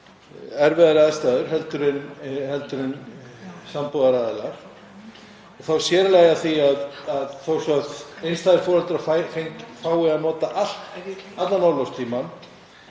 erfiðari aðstæðum en sambúðaraðilar og þá sér í lagi af því að þó svo að einstæðir foreldrar fái að nota allan orlofstímann